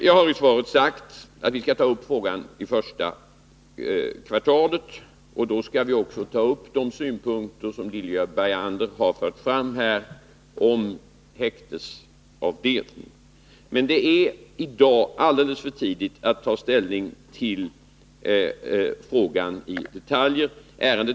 Jag har i svaret sagt att vi skall ta upp frågan under första kvartalet 1982, och då skall vi också ta upp de synpunkter som Lilly Bergander för fram om häktesavdelning. Men det är i dag alldeles för tidigt att ta ställning till detaljer i ärendet.